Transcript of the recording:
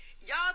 Y'all